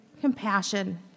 compassion